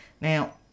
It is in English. Now